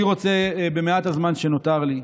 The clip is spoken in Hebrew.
אני רוצה, במעט הזמן שנותר לי,